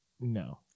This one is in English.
No